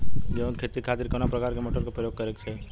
गेहूँ के खेती के खातिर कवना प्रकार के मोटर के प्रयोग करे के चाही?